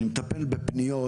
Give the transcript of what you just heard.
אני מטפל בפניות,